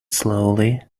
slowly